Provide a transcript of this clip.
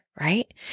Right